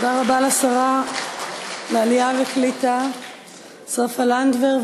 תודה רבה לשרת העלייה והקליטה סופה לנדבר,